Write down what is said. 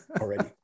already